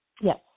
Yes